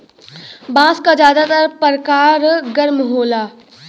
बांस क जादातर परकार गर्म होला